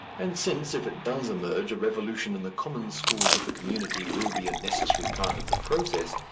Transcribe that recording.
and since, if it does emerge, a revolution in the common schools of the community will be a necessary part of the process,